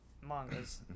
mangas